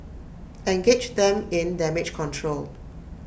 engage them in damage control